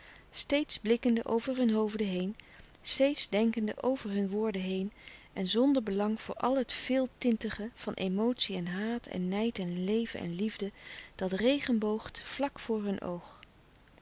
steeds blikkende over hun hoofden heen steeds denkende over hun woorden heen en zonder belang voor al het veeltintige van emotie en haat en nijd en leven en liefde dat regenboogt vlak voor hun oog